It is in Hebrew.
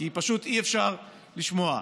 כי פשוט אי-אפשר לשמוע.